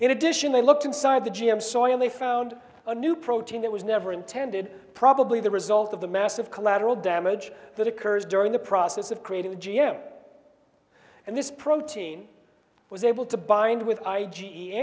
in addition they looked inside the g m soil they found a new protein that was never intended probably the result of the massive collateral damage that occurs during the process of creating a g m and this protein was able to bind with i